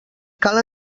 cal